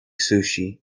sushi